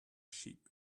sheep